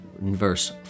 verse